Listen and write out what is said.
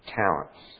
talents